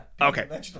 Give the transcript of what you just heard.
Okay